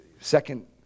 second